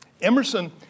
Emerson